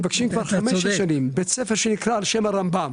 בית ספר על שם הרמב"ם